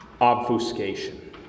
obfuscation